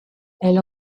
elle